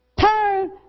Turn